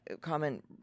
comment